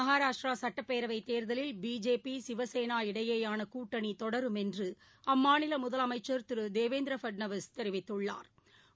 மகாராஷ்டிராசட்டப்பேரவைத் தேர்தலில் பிஜேபி சிவசேனா இடையேயானகூட்டணிதொடரும் என்றுஅம்மாநிலமுதலமைச்சா் திருதேவேநதிரபட்னவிஸ் தெரிவித்துள்ளாா்